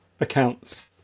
accounts